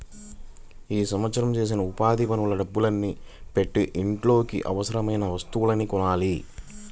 ఈ సంవత్సరం చేసిన ఉపాధి పనుల డబ్బుల్ని పెట్టి ఇంట్లోకి అవసరమయిన వస్తువుల్ని కొనాలి